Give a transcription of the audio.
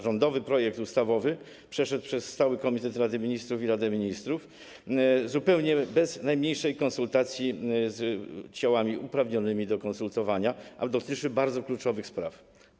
Rządowy projekt ustawowy przeszedł przez cały Komitet Rady Ministrów i Radę Ministrów zupełnie bez najmniejszej konsultacji z ciałami uprawnionymi do konsultowania, a dotyczy kluczowych spraw.